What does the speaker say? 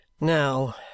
Now